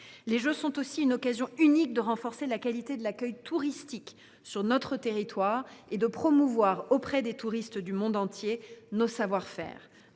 Les Jeux sont aussi une occasion unique de renforcer la qualité de l’accueil touristique sur notre territoire et de promouvoir auprès des touristes du monde entier nos savoir faire